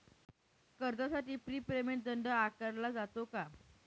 कर्जासाठी prepayment दंड आकारला जातो का?